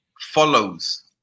follows